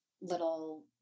little